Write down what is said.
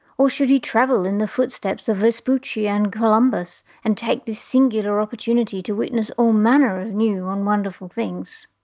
or should he travel in the footsteps of vespucci and columbus, and take this singular opportunity to witness all manner of new and wonderful things?